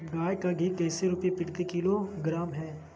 गाय का घी कैसे रुपए प्रति किलोग्राम है?